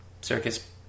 circus